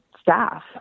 staff